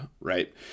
right